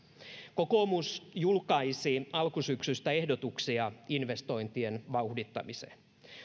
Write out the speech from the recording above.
kokoomus julkaisi alkusyksystä ehdotuksia investointien vauhdittamiseksi